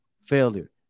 failure